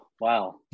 Wow